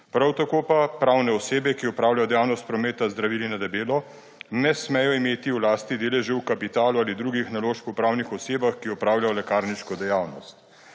Prav tako pa pravne osebe, ki opravljajo dejavnost prometa z zdravili na debelo, ne smejo imeti v lasti deležev v kapitalu ali drugih naložb v pravnih osebah, ki opravljajo lekarniško dejavnost.